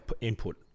input